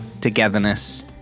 togetherness